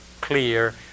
clear